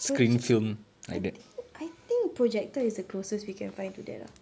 project~ I think I think projector is the closest we can find to that ah